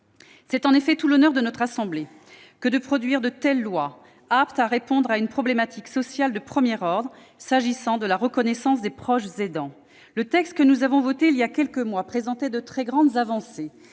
C'est en effet tout l'honneur de notre assemblée que de produire des lois comme celle-ci, qui permet de répondre à la problématique sociale de premier ordre de la reconnaissance des proches aidants. Le texte que nous avons voté voilà quelques mois présentait de très grandes avancées,